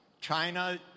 China